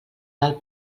del